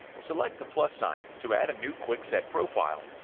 select the plus sign to add a new quick set profile.